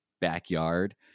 backyard